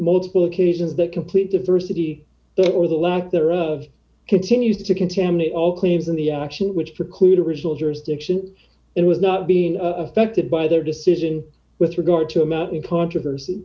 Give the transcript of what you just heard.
multiple occasions that complete diversity or the lack thereof continues to contaminate all claims in the action which preclude original jurisdiction and was not being affected by their decision with regard to a mountain controversy